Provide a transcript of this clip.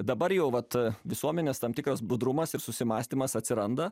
dabar jau vat visuomenės tam tikras budrumas ir susimąstymas atsiranda